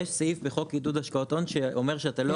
יש סעיף בחוק עידוד השקעות הון שאומר שאתה לא